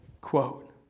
Quote